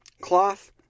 cloth